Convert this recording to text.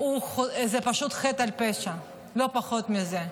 זה פשוט חטא על פשע, לא פחות מזה.